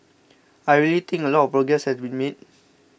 I really think a lot progress has been made